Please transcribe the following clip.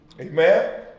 Amen